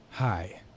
Hi